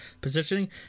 positioning